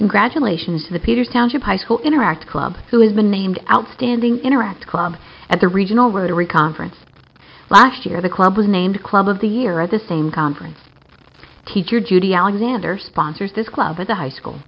congratulations to the peters township high school interact club who has been named outstanding interact club at the regional rotary conference last year the club was named club of the year at the same conference teacher judy alexander sponsors this club at the high school